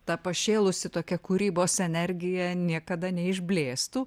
ta pašėlusi tokia kūrybos energija niekada neišblėstų